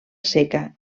seca